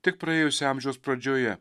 tik praėjusio amžiaus pradžioje